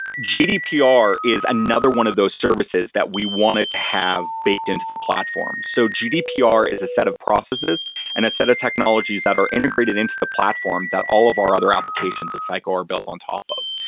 gdpr is another one of those services that we wanted to have baked into the platform. so gdpr is a set of processes and a set of technologies that are integrated into the platform that all of our other applications at fico are built on top of.